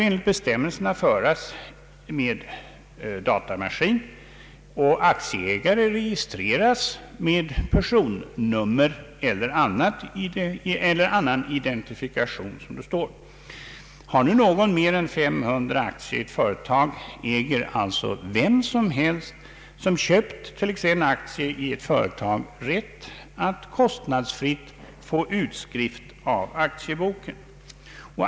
eller annan identifikation. Har nu någon mer än 500 aktier i ett företag äger alltså vem som helst som har köpt t.ex. en aktie i företaget rätt att få se detta genom att kostnadsfritt få utskrift av aktieboken.